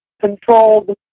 controlled